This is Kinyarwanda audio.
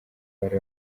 bari